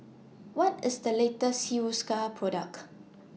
What IS The latest Hiruscar Product